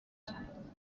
شود